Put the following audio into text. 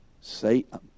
Satan